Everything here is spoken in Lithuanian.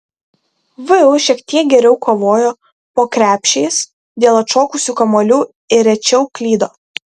vu šiek tiek geriau kovojo po krepšiais dėl atšokusių kamuolių ir rečiau klydo